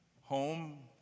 Home